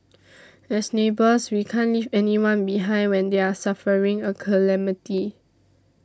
as neighbours we can't leave anybody behind when they're suffering a calamity